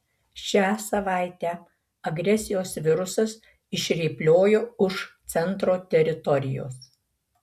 šią savaitę agresijos virusas išrėpliojo už centro teritorijos